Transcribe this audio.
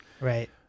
Right